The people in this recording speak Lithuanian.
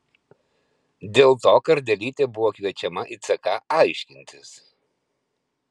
dėl to kardelytė buvo kviečiama į ck aiškintis